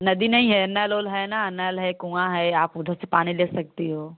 नदी नहीं है नल उल है ना नल है कुआँ है आप उधर से पानी ले सकती हो